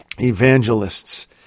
evangelists